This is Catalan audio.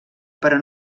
però